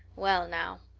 well now,